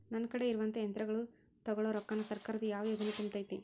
ನನ್ ಕಡೆ ಇರುವಂಥಾ ಯಂತ್ರಗಳ ತೊಗೊಳು ರೊಕ್ಕಾನ್ ಸರ್ಕಾರದ ಯಾವ ಯೋಜನೆ ತುಂಬತೈತಿ?